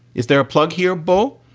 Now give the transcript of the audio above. is there a plug here bo.